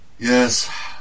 Yes